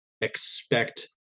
expect